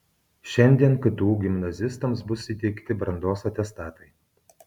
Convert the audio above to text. šiandien ktu gimnazistams bus įteikti brandos atestatai